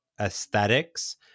aesthetics